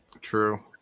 True